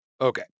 Okay